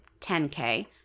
10K